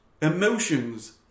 emotions